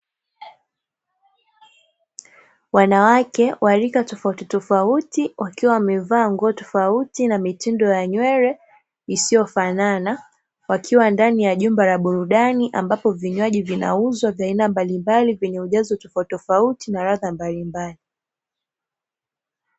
Wanawake wa rika tofauti tofauti wakiwa wamevaa nguo tofauti na mitindo ya nywele isiyofanana wakiwa ndani ya jumba la burudani, ambapo vinywaji vinauzwa vya aina mbalimbali vyenye ujazo tofautitofauti na ladha mbalimbali.